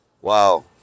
Wow